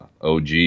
OG